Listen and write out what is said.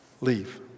leave